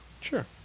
Sure